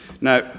Now